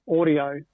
audio